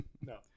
No